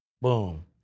boom